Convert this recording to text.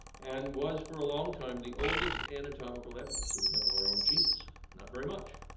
and was, for a long time, the oldest anatomical evidence that we have of our own genus, not very much.